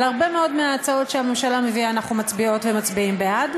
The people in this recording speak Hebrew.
על הרבה מאוד מההצעות שהממשלה מביאה אנחנו מצביעות ומצביעים בעד,